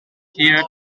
here